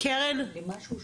קרן, בבקשה.